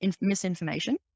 misinformation